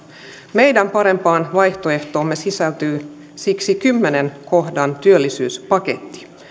meidän parempaan vaihtoehtoomme sisältyy siksi kymmenennen kohdan työllisyyspaketti